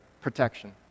protection